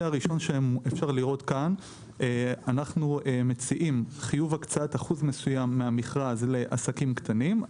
אנחנו מציעים חיוב הקצאת אחוז מסוים מהמכרז לעסקים קטנים.